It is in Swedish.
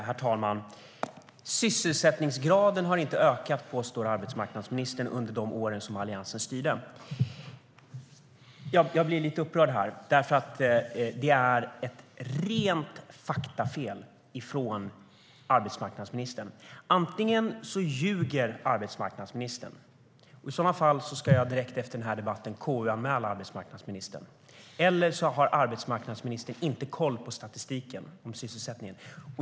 Herr talman! Arbetsmarknadsministern påstår att sysselsättningsgraden inte ökade under de år Alliansen styrde. Jag blir lite upprörd, för det är ett rent faktafel från arbetsmarknadsministern. Antingen ljuger arbetsmarknadsministern - och då ska jag direkt efter debatten KU-anmäla arbetsmarknadsministern - eller så har arbetsmarknadsministern inte koll på sysselsättningsstatistiken.